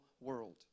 world